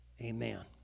Amen